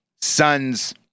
son's